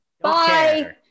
Bye